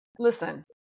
Listen